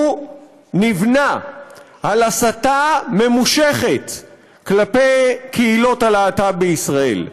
נבנה על הסתה ממושכת כלפי קהילות הלהט"ב בישראל.